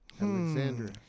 Alexandra